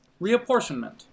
Reapportionment